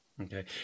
Okay